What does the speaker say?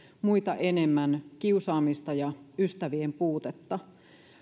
muita enemmän kiusaamista ja ystävien puutetta